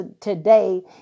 today